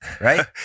right